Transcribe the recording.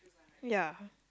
ya